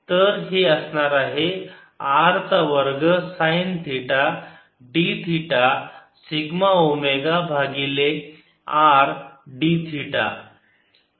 तर हे असणार आहे R चा वर्ग sine theta d theta sigma omega भागिले R d थिटा